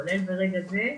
כולל ברגע זה,